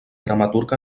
dramaturg